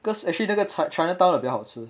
because actually 那个 china chinatown 的比较好吃